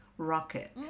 rocket